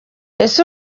ese